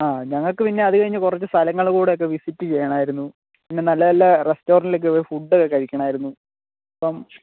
ആ ഞങ്ങൾക്ക് പിന്നെ അത് കഴിഞ്ഞ് കുറച്ച് സ്ഥലങ്ങൾ കൂടൊക്കെ വിസിറ്റ് ചെയ്യണമായിരുന്നു പിന്നെ നല്ല നല്ല റെസ്റ്റോറൻറ്റിലൊക്കെ പോയി ഫുഡ്ഡ് കഴിക്കണമായിരുന്നു അപ്പം